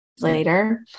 later